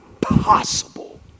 possible